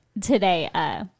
Today